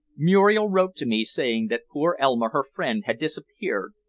muriel wrote to me saying that poor elma, her friend, had disappeared,